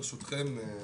ברשותכם,